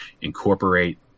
incorporate